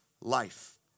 life